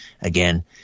Again